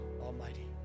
Almighty